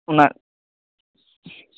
ᱚᱱᱟ